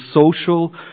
social